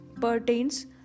pertains